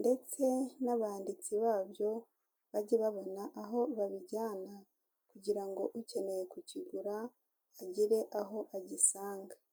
ndetse n'abanditsi babyo bajye babona aho babijyana kugira ngo ukeneye kukigura agire aho agisanga.